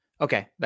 Okay